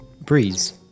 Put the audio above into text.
Breeze